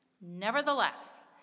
Nevertheless